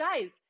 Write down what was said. guys